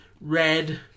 red